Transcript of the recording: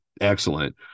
excellent